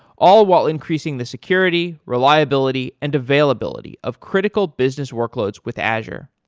all while increasing the security, reliability and availability of critical business workloads with azure.